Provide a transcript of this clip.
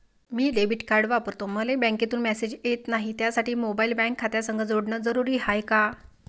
मी debit card वापरतो मले बँकेतून मॅसेज येत नाही, त्यासाठी मोबाईल बँक खात्यासंग जोडनं जरुरी हाय का?